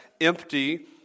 empty